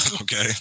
okay